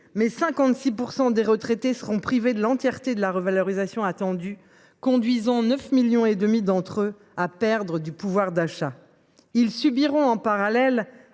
mais 56 % des retraités seront privés de l’entièreté de la revalorisation attendue, conduisant 9,5 millions d’entre eux à perdre du pouvoir d’achat. Plus encore